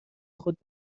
خود